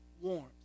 warmth